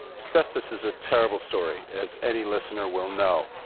asbestos is a terrible story, as any listener will know,